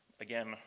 Again